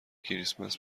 کریسمس